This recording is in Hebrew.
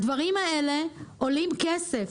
הדברים האלה עולים כסף.